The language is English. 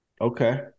Okay